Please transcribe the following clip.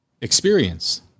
experience